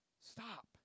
Stop